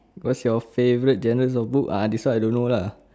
what's your favourite genre of book ah this one I don't know lah